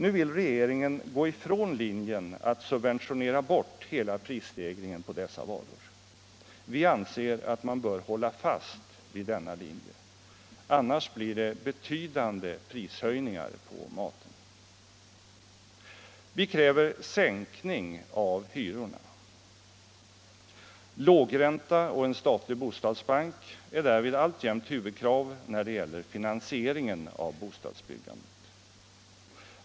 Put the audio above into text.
Nu vill regeringen gå ifrån linjen att subventionera bort hela prisstegringen på dessa varor. Vi anser att man bör hålla fast vid denna linje. Annars blir det betydande prishöjningar på maten. Vi kräver sänkning av hyrorna. Lågränta och en statlig bostadsbank är därvid alltjämt huvudkrav när det gäller finansieringen av bostadsbyggandet.